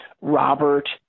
Robert